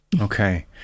Okay